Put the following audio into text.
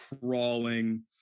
crawling